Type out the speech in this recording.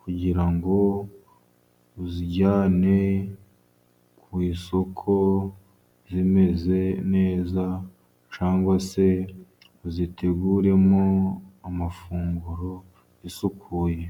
kugira ngo uzijyane ku isoko zimeze neza, cyangwa se uziteguremo amafunguro zisukuye.